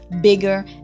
bigger